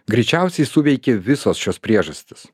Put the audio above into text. greičiausiai suveikė visos šios priežastys